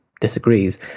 disagrees